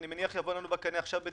ואני מניח שהוא עכשיו בדיון,